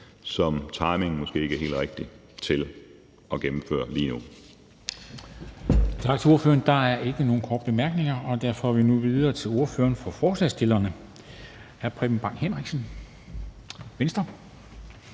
som timingen måske ikke er helt rigtig i forhold til at gennemføre lige nu.